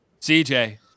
cj